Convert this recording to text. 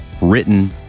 written